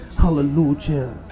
hallelujah